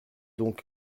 donc